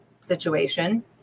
situation